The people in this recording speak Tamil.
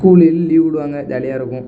ஸ்கூலு கீல் லீவ் விடுவாங்க ஜாலியாக இருக்கும்